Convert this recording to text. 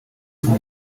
rw’u